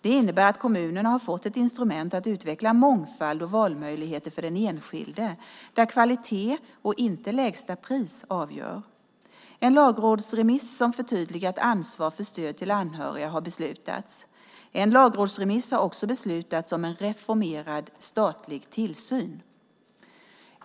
Det innebär att kommunerna har fått ett instrument för att utveckla mångfald och valmöjligheter för den enskilde där kvalitet och inte lägsta pris avgör. En lagrådsremiss om förtydligat ansvar för stöd till anhöriga har beslutats. En lagrådsremiss har också beslutats om en reformerad statlig tillsyn.